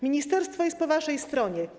Ministerstwo jest po waszej stronie.